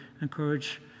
encourage